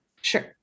Sure